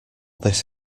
this